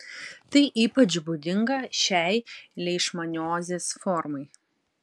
tai ypač būdinga šiai leišmaniozės formai